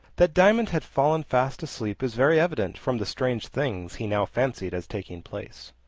that diamond had fallen fast asleep is very evident from the strange things he now fancied as taking place.